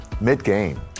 mid-game